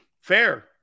Fair